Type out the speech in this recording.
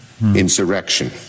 insurrection